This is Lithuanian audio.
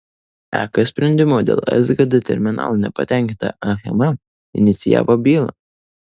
ek sprendimu dėl sgd terminalo nepatenkinta achema inicijavo bylą